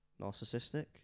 narcissistic